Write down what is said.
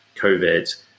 COVID